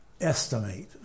Estimate